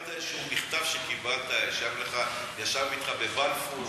אתה תיארת איזה מכתב שקיבלת, ישב אתך בבלפור